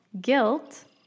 Guilt